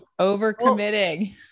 Overcommitting